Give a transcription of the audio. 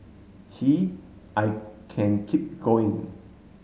he I can keep going